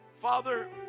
Father